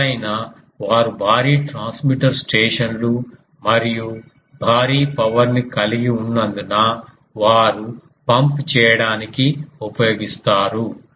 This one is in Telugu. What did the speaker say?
అసలైన వారు భారీ ట్రాన్స్మిటర్ స్టేషన్లు మరియు భారీ పవర్ ని కలిగి ఉన్నందున వారు పంప్ చేయడానికి ఉపయోగిస్తారు